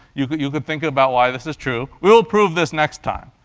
you could you could think about why this is true. we'll prove this next time.